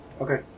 Okay